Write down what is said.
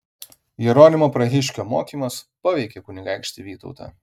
jeronimo prahiškio mokymas paveikė kunigaikštį vytautą